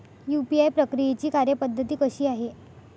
UPI प्रक्रियेची कार्यपद्धती कशी आहे?